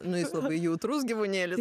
nu jis labai jautrus gyvūnėlis